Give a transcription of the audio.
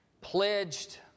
pledged